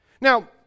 Now